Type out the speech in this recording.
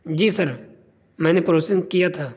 جی sir میں نے پروسن کیا تھا